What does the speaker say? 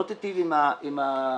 לא תיטיב עם המטופלים.